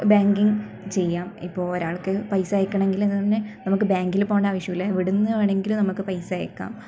banking ചെയ്യാം ഇപ്പോൾ ഒരാൾക്ക് പൈസ അയയ്ക്കണമെങ്കിൽ തന്നെ നമുക്ക് ബാങ്കിൽ പോവേണ്ട ആവശ്യമില്ല ഇവിടുന്ന് വേണമെങ്കിൽ നമുക്ക് പൈസ അയയ്ക്കാം